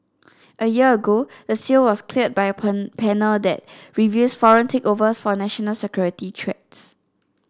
a year ago the sale was cleared by a pan panel that reviews foreign takeovers for national security threats